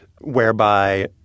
whereby